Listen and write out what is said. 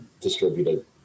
distributed